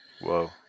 Whoa